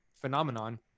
phenomenon